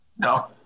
No